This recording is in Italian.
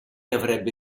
avrebbe